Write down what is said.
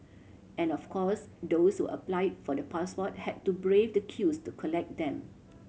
and of course those who apply for the passport had to brave the queues to collect them